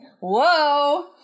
whoa